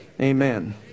amen